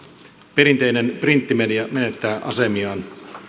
perinteinen printtimedia menettää asemiaan